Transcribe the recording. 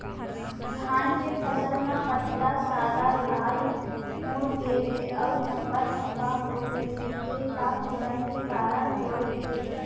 धान के फसल म पत्ता सादा, लाल, मुड़ गे हे अऊ धब्बा धब्बा होगे हे, ए का कीड़ा के कारण होय हे?